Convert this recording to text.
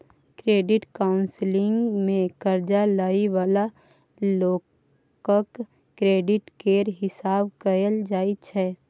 credit counselling मे कर्जा लइ बला लोकक क्रेडिट केर हिसाब कएल जाइ छै